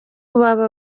baba